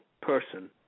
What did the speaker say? person